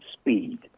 speed